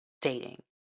dating